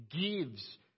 gives